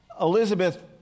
Elizabeth